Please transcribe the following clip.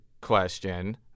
question